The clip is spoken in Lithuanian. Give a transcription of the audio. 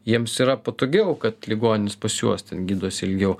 jiems yra patogiau kad ligonis pas juos ten gydosi ilgiau